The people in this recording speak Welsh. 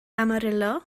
amarillo